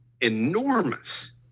enormous